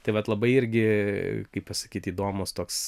tai vat labai irgi kaip pasakyt įdomus toks